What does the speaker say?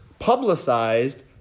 Publicized